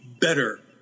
better